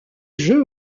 jeu